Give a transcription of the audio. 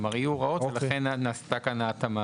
לכן, נעשתה כאן ההתאמה